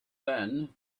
then